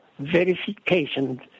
verification